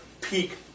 peak